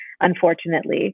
unfortunately